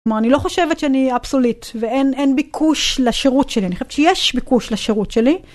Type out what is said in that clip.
כלומר אני לא חושבת שאני אבסוליט ואין ביקוש לשירות שלי, אני חושבת שיש ביקוש לשירות שלי.